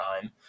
time